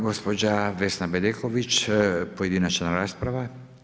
Gospođa Vesna Bedeković, pojedinačna rasprava.